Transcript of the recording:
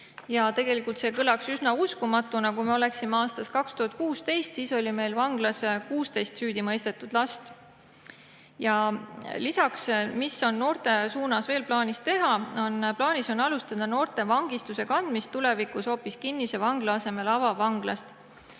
Tegelikult see kõlaks üsna uskumatuna, kui me oleksime aastas 2016 – siis oli meil vanglas 16 süüdi mõistetud last. Lisaks, mis on noorte suunas veel plaanis teha. Plaanis on alustada noorte puhul vangistuse kandmist kinnise vangla asemel avavanglast.